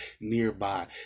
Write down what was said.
nearby